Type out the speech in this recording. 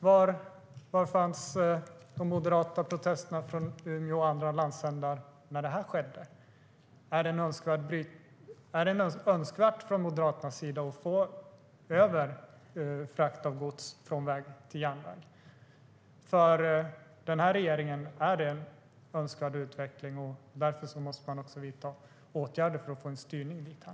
Var fanns de moderata protesterna från Umeå och andra landsändar när det här skedde? Är det önskvärt för Moderaterna att få över frakt av gods från väg till järnväg? För den här regeringen är det en önskvärd utveckling. Därför måste man också vidta åtgärder för att få en styrning dithän.